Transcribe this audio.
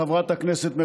חבר הכנסת דיכטר